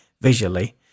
visually